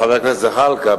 חבר הכנסת זחאלקה,